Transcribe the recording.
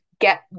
get